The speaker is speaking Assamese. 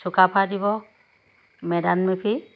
চুকাাফা দিবস মে ডাম মে ফি